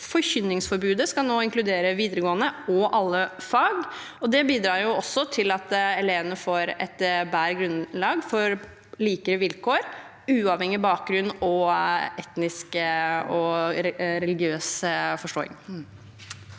Forkynningsforbudet skal nå inkludere videregående og alle fag, og det bidrar til at elevene får et bedre grunnlag for likere vilkår uavhengig av etnisk bakgrunn og religiøs forståing.